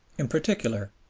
in particular,